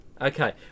Okay